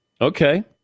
Okay